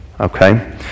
Okay